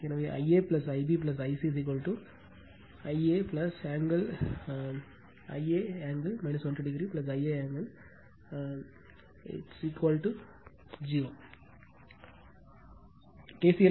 எனவே I a I b I c I a I a angle 120o I a angle 0